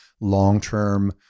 long-term